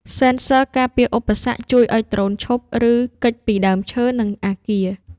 សេនស័រការពារឧបសគ្គ ជួយឱ្យដ្រូនឈប់ ឬគេចពីដើមឈើ និងអាគារ។